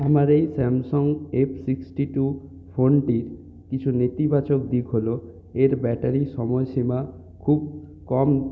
আমার এই Samsung F sixty two ফোনটির কিছু নেতিবাচক দিক হল এর ব্যাটারির সময়সীমা খুব কম